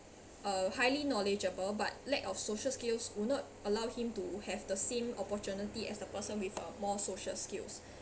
uh highly knowledgeable but lack of social skills would not allow him to have the same opportunity as the person with a more social skills